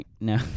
no